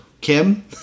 Kim